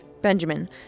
Benjamin